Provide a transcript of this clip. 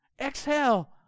Exhale